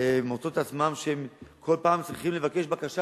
מוצאות את עצמן שהן כל פעם צריכות לבקש בקשה,